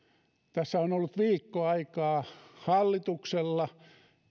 tässä on ollut viikko aikaa hallituksella